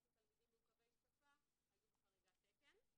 לתלמידים מעוכבי שפה היו בחריגת תקן.